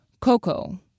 Coco